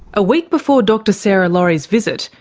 a week before dr sarah laurie's visit,